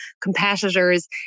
competitors